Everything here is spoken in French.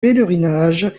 pèlerinage